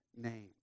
name